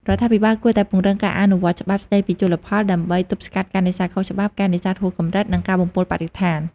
រដ្ឋាភិបាលគួរតែពង្រឹងការអនុវត្តច្បាប់ស្តីពីជលផល ដើម្បីទប់ស្កាត់ការនេសាទខុសច្បាប់ ការនេសាទហួសកម្រិត និងការបំពុលបរិស្ថាន។